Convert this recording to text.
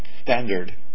standard